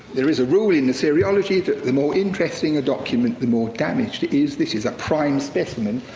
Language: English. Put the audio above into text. there is a rule in assyriology that the more interesting a document, the more damaged it is. this is a prime specimen.